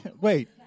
Wait